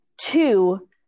two